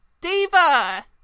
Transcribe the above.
Diva